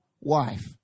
wife